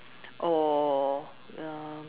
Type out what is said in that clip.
or um